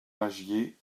lagier